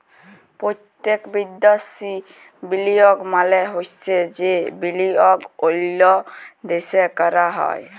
পত্যক্ষ বিদ্যাশি বিলিয়গ মালে হছে যে বিলিয়গ অল্য দ্যাশে ক্যরা হ্যয়